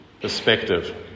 Perspective